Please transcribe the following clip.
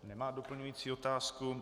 Nemá doplňující otázku.